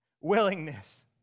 willingness